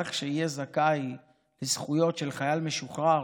אזרח שיהיה זכאי לזכויות של חייל משוחרר